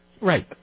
Right